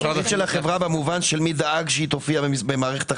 החברה במובן זה שמישהו דאג שהיא תופיע במערכת החינוך,